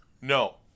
No